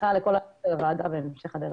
לכל הוועדה בהמשך הדרך.